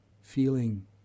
feeling